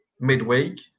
midweek